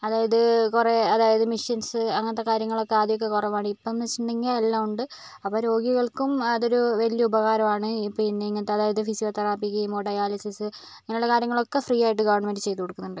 അതായത് കുറേ അതായത് മിഷൻസ് അങ്ങനത്തെ കാര്യങ്ങളൊക്കെ ആദ്യമൊക്കെ കുറവാണ് ഇപ്പോൾ എന്ന് വെച്ചിട്ടുണ്ടെങ്കിൽ എല്ലാമുണ്ട് അപ്പോൾ രോഗികൾക്കും അതൊരു വലിയ ഉപകാരമാണ് പിന്നെ ഇങ്ങനത്തെ അതായത് ഫിസിയോതെറാപ്പി കീമോ ഡയാലിസിസ് ഇങ്ങനെയുള്ള കാര്യങ്ങളൊക്കെ ഫ്രീ ആയിട്ട് ഗവൺമെൻ്റ് ചെയ്തുകൊടുക്കുന്നുണ്ട്